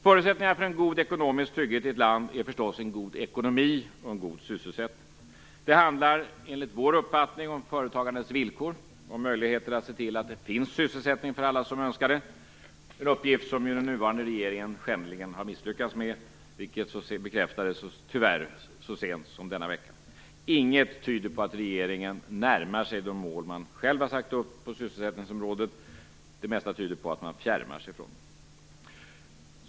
Förutsättningarna för en god ekonomisk trygghet i ett land är förstås en god ekonomi och en god sysselsättning. Det handlar, enligt vår uppfattning, om företagandets villkor och om möjligheter att se till att det finns sysselsättning för alla som önskar det. Det är en uppgift som den nuvarande regeringen skändligen har misslyckats med, vilket tyvärr bekräftades så sent som denna vecka. Inget tyder på att regeringen närmar sig de mål man själv har satt upp på sysselsättningsområdet. Det mesta tyder på att man fjärmar sig från dem.